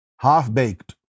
half-baked